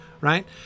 right